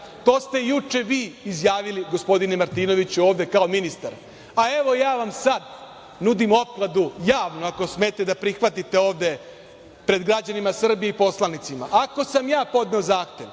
To ste juče vi izjavili, gospodine Martinoviću, ovde kao ministar. Evo, ja vam sad nudim opkladu javno, ako smete da prihvatite ovde pred građanima Srbije i poslanicima, ako sam ja podneo zahtev,